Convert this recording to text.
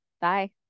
Bye